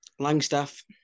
Langstaff